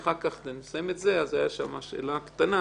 כשנסיים את זה יש עוד שאלה קטנה